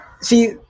see